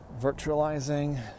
virtualizing